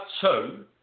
two